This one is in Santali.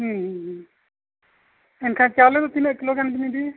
ᱦᱮᱸ ᱦᱮᱸ ᱮᱱᱠᱷᱟᱱ ᱪᱟᱣᱞᱮ ᱫᱚ ᱛᱤᱱᱟᱹᱜ ᱠᱤᱞᱳ ᱜᱟᱱ ᱵᱤᱱ ᱤᱫᱤᱭᱟ